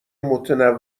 متنوع